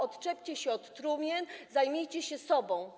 Odczepcie się od trumien, zajmijcie się sobą.